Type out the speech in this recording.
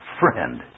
friend